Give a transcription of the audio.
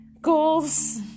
Goals